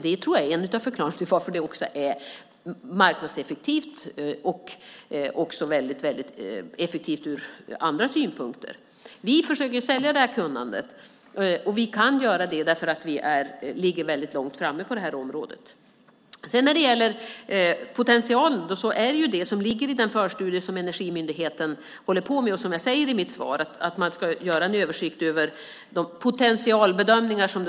Det tror jag är en av förklaringarna till att det är marknadseffektivt och också väldigt effektivt från andra synpunkter. Vi försöker sälja det här kunnandet och kan göra det just därför att vi ligger väldigt långt framme på det här området. Potentialen är sådant som finns i den förstudie som Energimyndigheten håller på med. Som jag säger i mitt svar ska man göra en översikt över så kallade potentialbedömningar.